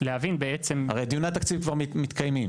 להבין בעצם --- הרי דיוני התקציב כבר מתקיימים.